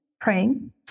praying